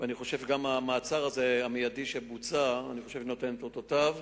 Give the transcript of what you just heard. אני חושב שגם המעצר המיידי שבוצע נותן את אותותיו.